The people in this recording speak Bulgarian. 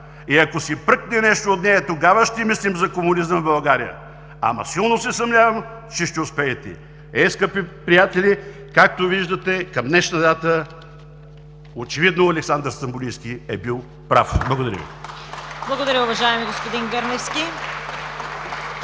И ако се пръкне нещо от нея, тогава ще мислим за комунизъм в България, ама силно се съмнявам, че ще успеете.“ Е, скъпи приятели, както виждате, към днешна дата очевидно Александър Стамболийски е бил прав. Благодаря Ви. (Ръкопляскания и оживление